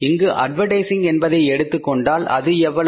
இங்கு அட்வர்டைசிங் என்பதை எடுத்துக்கொண்டால் அது எவ்வளவு